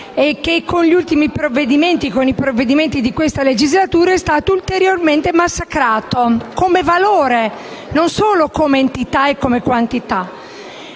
e che con gli ultimi provvedimenti, approvati in questa legislatura, è stato ulteriormente massacrato come valore e non solo come entità e come quantità;